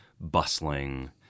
bustling